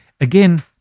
Again